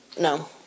no